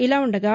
ఇలా ఉండగా